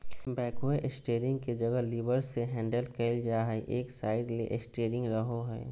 backhoe steering के जगह levers से हैंडल कइल जा हइ, एक साइड ले स्टेयरिंग रहो हइ